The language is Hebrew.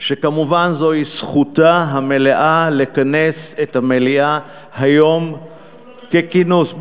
שכמובן זוהי זכותה המלאה לכנס את המליאה היום ככינוס.